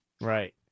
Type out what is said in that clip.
Right